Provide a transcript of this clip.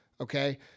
Okay